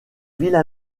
villes